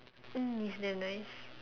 mm it's damn nice